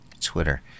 Twitter